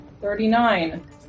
Thirty-nine